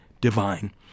divine